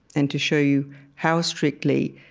and to show you how strictly,